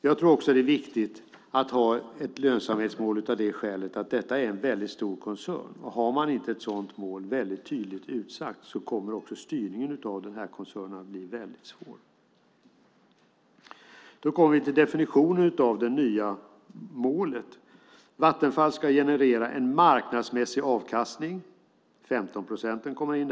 Det är också viktigt att ha ett lönsamhetsmål av skälet att det här är en stor koncern. Om det inte finns ett tydligt mål kommer också styrningen av koncernen att bli svår. Då kommer vi till definitionen av det nya målet. Vattenfall ska generera en marknadsmässig avkastning. Det är där de 15 procenten kommer in.